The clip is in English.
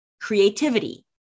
creativity